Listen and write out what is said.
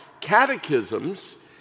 catechisms